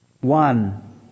One